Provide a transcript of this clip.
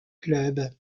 club